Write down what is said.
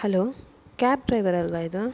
hello cab driver ಅಲ್ಲವಾ ಇದು